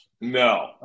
No